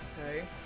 okay